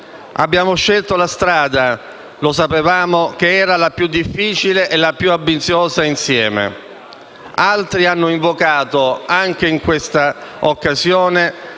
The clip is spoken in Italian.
Abbiamo scelto la strada che sapevamo essere la più difficile ed ambiziosa insieme. Altri hanno invocato, anche in questa occasione,